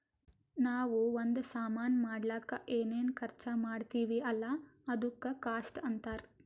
ನಾವೂ ಒಂದ್ ಸಾಮಾನ್ ಮಾಡ್ಲಕ್ ಏನೇನ್ ಖರ್ಚಾ ಮಾಡ್ತಿವಿ ಅಲ್ಲ ಅದುಕ್ಕ ಕಾಸ್ಟ್ ಅಂತಾರ್